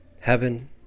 heaven